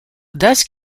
thus